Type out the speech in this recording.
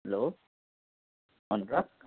hello Anurag